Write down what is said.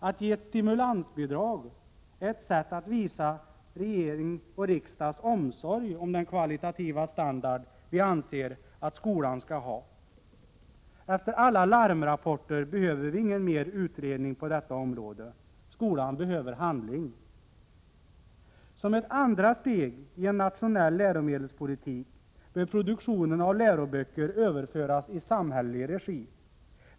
Att ge ett stimulansbidrag är ett sätt att visa regeringens och riksdagens omsorg om den kvalitativa standard vi anser att skolan skall ha. Efter alla larmrapporter behöver vi ingen mer utredning på detta område, det behövs handling på skolans område. Som ett andra steg i en nationell läromedelspolitik bör produktionen av läroböcker överföras i samhällelig regi.